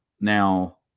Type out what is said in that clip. Now